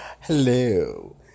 Hello